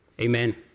Amen